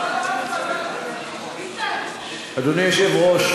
אדוני היושב-ראש,